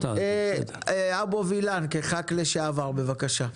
אבו וילן כח"כ לשעבר, בבקשה.